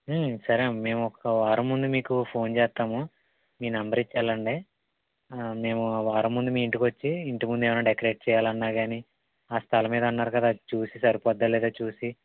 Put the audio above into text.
సరే మేము ఒక వారం ముందు మీకు ఫోన్ చేస్తాము మీ నెంబర్ ఇచ్చి వెళ్ళండి మేము వారం ముందు మీ ఇంటికి వచ్చి ఇంటి ముందు ఏమైనా డెకరేట్ చెయ్యాలన్నా కానీ ఆ స్థలం ఏదో అన్నారు కదా అది చూసి సరిపోతుందా లేదా చూసి